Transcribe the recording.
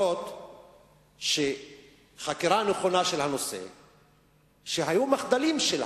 אף-על-פי שחקירה נכונה של הנושא העלתה שהיו מחדלים של המשטרה.